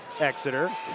Exeter